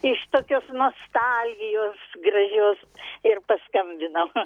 iš tokios nostalgijos gražios ir paskambinam